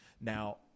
Now